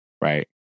right